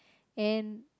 and